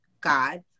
God